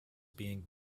being